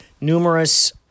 numerous